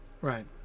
Right